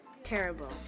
terrible